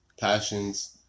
passions